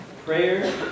Prayer